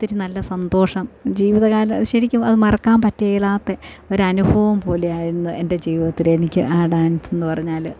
ഒത്തിരി നല്ല സന്തോഷം ജീവിതകാല ശരിക്കും അത് മറക്കാൻ പറ്റാത്ത ഒരനുഭവം പോലെ ആയിരുന്നു എൻ്റെ ജീവിതത്തിൽ എനിക്ക് ആ ഡാൻസ് എന്ന് പറഞ്ഞാൽ